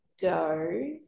go